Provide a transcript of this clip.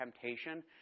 temptation